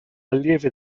allievi